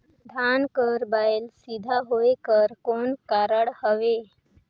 धान कर बायल सीधा होयक कर कौन कारण हवे?